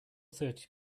thirty